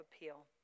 appeal